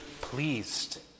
pleased